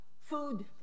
food